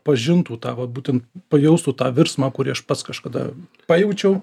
pažintų tą vot būtent pajaustų tą virsmą kurį aš pats kažkada pajaučiau